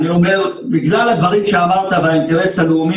אני אומר שבגלל הדברים שאמרת והאינטרס הלאומי,